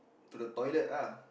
to the toilet lah